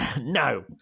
No